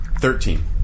Thirteen